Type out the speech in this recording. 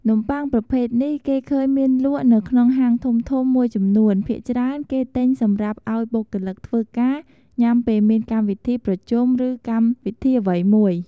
នំបុ័ងប្រភេទនេះគេឃើញមានលក់នៅក្នុងហាងធំៗមួយចំនួន ភាគច្រើនគេទិញសម្រាប់ឲ្យបុគ្គលិកធ្វើការញុាំពេលមានកម្មវីធីប្រជុំឬកម្មវីធីអ្វីមួយ។